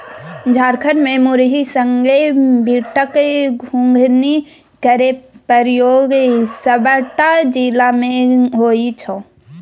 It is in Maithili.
झारखंड मे मुरही संगे बुटक घुघनी केर प्रयोग सबटा जिला मे होइ छै